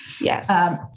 Yes